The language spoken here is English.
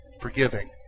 forgiving